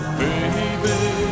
baby